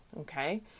okay